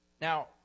now